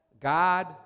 God